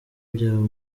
byaba